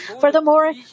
Furthermore